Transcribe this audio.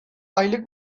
aylık